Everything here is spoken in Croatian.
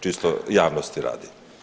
Čisto javnosti radi.